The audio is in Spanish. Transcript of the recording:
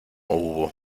hubo